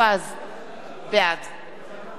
בעד משה מטלון,